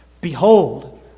Behold